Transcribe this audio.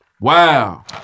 Wow